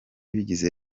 bigize